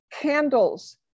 candles